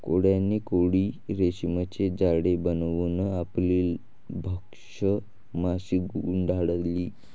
कोळ्याने कोळी रेशीमचे जाळे बनवून आपली भक्ष्य माशी गुंडाळली